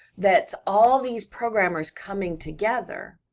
that's all these programmers coming together,